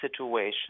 situation